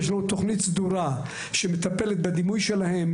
יש לנו תוכנית סדורה שמטפלת בדימוי שלהן,